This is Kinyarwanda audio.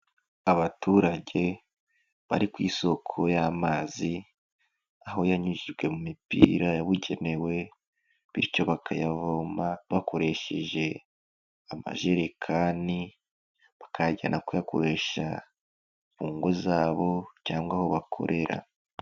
Abaturage bari ku isoko y'amazi, aho yanyujijwe mu mipira yabugenewe, bityo bakayavoma bakoresheje amajerekani, bakayajyana kuyakoresha mu ngo zabo cyangwa aho bakorera.